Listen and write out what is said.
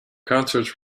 concerts